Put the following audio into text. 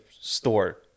store